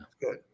good